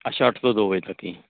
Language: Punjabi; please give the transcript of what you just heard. ਅੱਛਾ ਅੱਠ ਤੋਂ ਦੋ ਵਜੇ ਤੱਕ ਜੀ